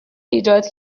ایجاد